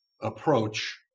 approach